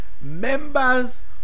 members